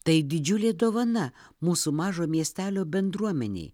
tai didžiulė dovana mūsų mažo miestelio bendruomenei